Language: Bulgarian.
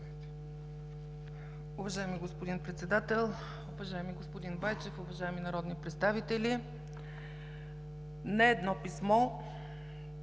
Уважаеми господин Председател, уважаеми господин Байчев, уважаеми народни представители! Не едно писмо,